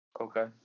Okay